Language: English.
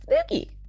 spooky